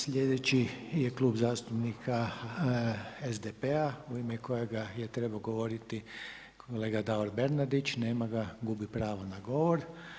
Sljedeći je Klub zastupnika SDP-a u ime kojega je trebao govoriti kolega Davor Bernardić, nema ga, gubi pravo na govor.